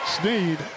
Sneed